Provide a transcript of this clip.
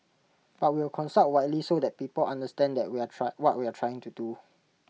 but we'll consult widely so that people understand that we're try what we're trying to do